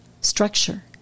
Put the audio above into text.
structure